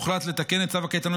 הוחלט לתקן את צו הקייטנות,